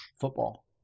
football